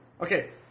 Okay